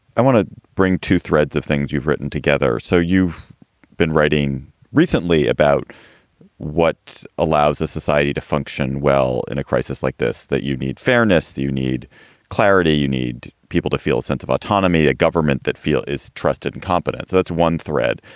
i want to bring two threads of things you've written together. so you've been writing recently about what allows this society to function well in a crisis like this, that you need fairness. you need clarity. you need people to feel a sense of autonomy. a government that feel is trusted, incompetent. that's one thread.